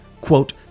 quote